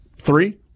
three